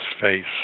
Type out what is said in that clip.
face